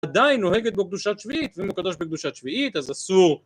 עדיין, נוהגת בו קדושת שביעית, ואם הוא קדוש בקדושת שביעית, אז אסור